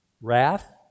Wrath